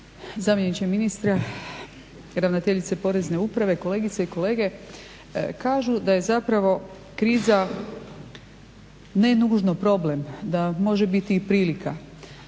Zamjeniče ministra, ravnateljice Porezne uprave, kolegice i kolege. Kažu da je zapravo kriza ne nužno problem, da može biti i prilika.